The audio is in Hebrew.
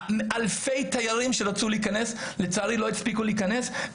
אלפי תיירים שרצו להיכנס לא הספיקו להיכנס.